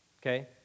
Okay